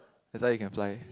that's why you can fly